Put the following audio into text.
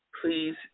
Please